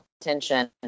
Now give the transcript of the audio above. attention